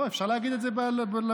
אפשר להגיד את זה למיקרופון,